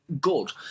good